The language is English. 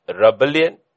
rebellion